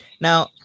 Now